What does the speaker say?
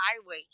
highway